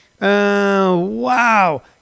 Wow